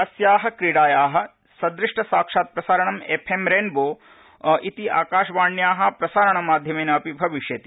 अस्याः क्रीडायाः सदृष्टसाक्षात्प्रसारणं कि मि रेनबो इति आकाशवाण्याः प्रसारणमाध्यमेन अपि भविष्यति